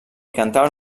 cantaven